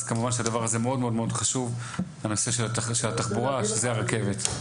אז כמובן שהדבר הזה מאוד מאוד חשוב הנושא של התחבורה שזה הרכבת.